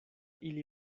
ili